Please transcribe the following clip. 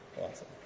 Awesome